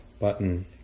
button